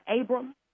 Abram